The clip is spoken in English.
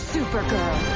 Supergirl